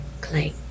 Clay